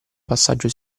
passaggio